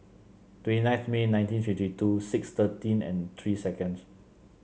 twenty nine May nineteen fifty two six thirteen and three seconds